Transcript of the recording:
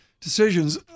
decisions